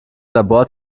labor